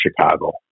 Chicago